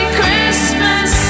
Christmas